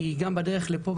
גם בדרך לפה,